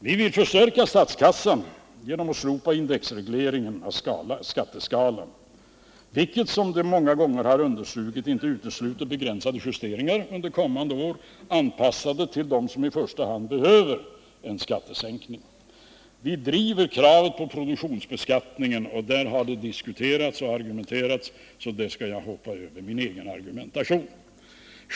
Vi vill förstärka statskassan genom att slopa indexregleringen av skatteskalan, vilket — som vi många gånger har understrukit — inte utesluter justeringar under kommande år, anpassade till dem som i första hand behöver en skattesänkning. Vi driver kravet på produktionsbeskattning, och där har det diskuterats och argumenterats så mycket att jag skall hoppa över min egen argumentation.